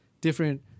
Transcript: different